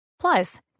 Plus